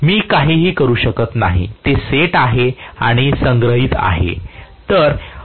मी काहीही करू शकत नाही ते सेट आणि संग्रहित आहे